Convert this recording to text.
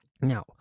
now